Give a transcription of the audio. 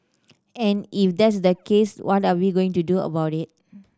and if that's the case what are we going to do about it